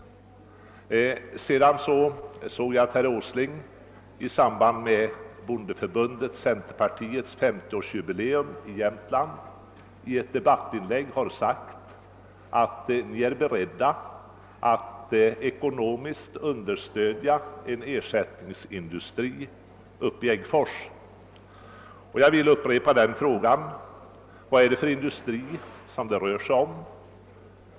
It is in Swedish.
Jag såg att herr Åsling i samband med bondeförbundets/centerpartiets 50-årsjubileum i Jämtland i ett debattinlägg sagt att ni inom NCB är beredda att ekonomiskt understödja en ersättningsindustri uppe i Äggfors. Jag vill då upprepa frågan: Vilken industri rör det sig om?